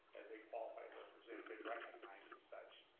as a qualified representative and recognizes such.